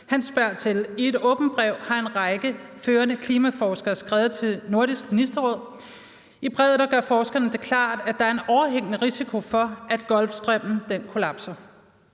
Han spørger: I et åbent brev har en række førende klimaforskere skrevet til Nordisk Ministerråd. I brevet gør forskerne det klart, at der er en overhængende risiko for, at golfstrømmen kollapser,